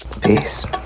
Peace